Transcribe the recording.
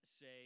say